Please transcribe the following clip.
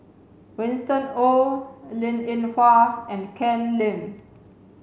Winston Oh Linn In Hua and Ken Lim